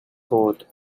coat